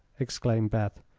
exclaimed beth.